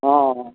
हँ